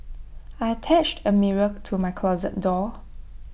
I attached A mirror to my closet door